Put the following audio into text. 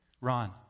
Ron